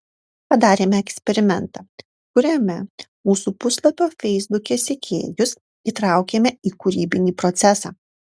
padarėme eksperimentą kuriame mūsų puslapio feisbuke sekėjus įtraukėme į kūrybinį procesą